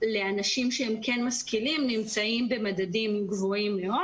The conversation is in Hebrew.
לאנשים שהם כן משכילים נמצאים במדדים גבוהים מאוד.